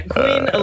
Queen